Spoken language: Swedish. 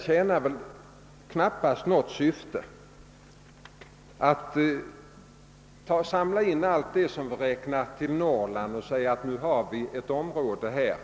tjänar knappast något syfte att säga att vi skall hålla positionerna i Norrland som helhet.